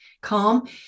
calm